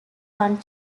one